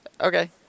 Okay